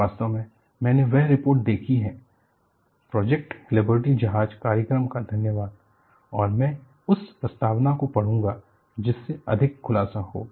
वास्तव में मैंने वह रिपोर्ट देखी है प्रोजेक्ट लिबर्टी जहाज कार्यक्रम का धन्यवाद और मैं उस प्रस्तावना को पढ़ूंगा जिससे अधिक खुलासा होगा